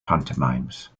pantomimes